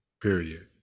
Period